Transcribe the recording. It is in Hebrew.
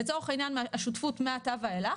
לצורך העניין השותפות מעתה ואילך,